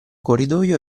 corridoio